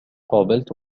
قابلت